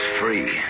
free